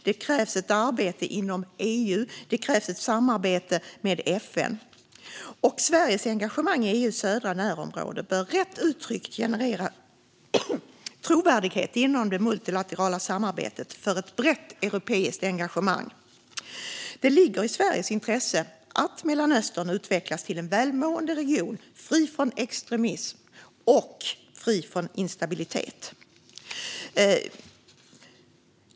Det krävs ett arbete inom EU och ett samarbete med FN. Sveriges engagemang i EU:s södra närområde bör rätt uttryckt generera trovärdighet inom det multilaterala samarbetet för ett brett europeiskt engagemang. Det ligger i Sveriges intresse att Mellanöstern utvecklas till en välmående region, fri från extremism och fri från instabilitet.